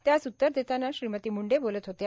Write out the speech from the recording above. त्यास उत्तर देताना श्रीमती मुंडे बोलत होत्या